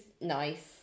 nice